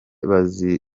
bazwiho